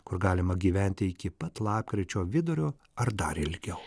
kur galima gyventi iki pat lapkričio vidurio ar dar ilgiau